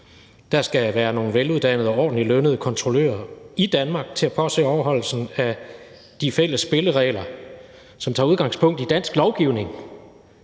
Der skal være nogle veluddannede og ordentligt lønnede kontrollører i Danmark til at påse overholdelsen af de fælles spilleregler, som tager udgangspunkt i dansk lovgivning